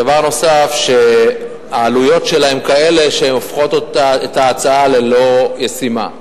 דבר נוסף, העלויות שלה הופכות את ההצעה ללא-ישימה.